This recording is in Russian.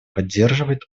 поддерживает